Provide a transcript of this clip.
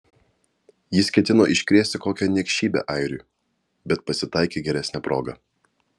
jis ketino iškrėsti kokią niekšybę airiui bet pasitaikė geresnė proga